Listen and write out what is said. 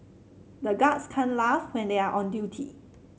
the guards can't laugh when they are on duty